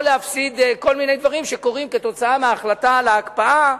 או להפסיד כל מיני דברים עקב ההחלטה על ההקפאה.